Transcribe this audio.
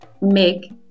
make